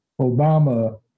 Obama